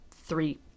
three